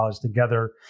together